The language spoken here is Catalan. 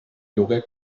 lloguer